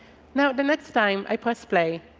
now, the next time i press play,